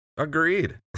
Agreed